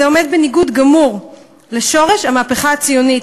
זה עומד בניגוד גמור לשורש המהפכה הציונית,